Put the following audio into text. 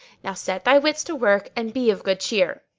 now set thy wits to work and be of good cheer.